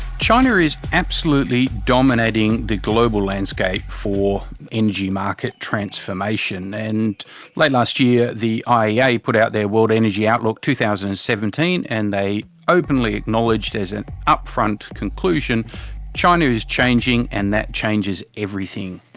china is absolutely dominating the global landscape for energy market transformation, and late last year the iea iea put out their world energy outlook two thousand and seventeen and they openly acknowledged as an upfront conclusion china is changing and that changes everything.